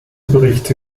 berichte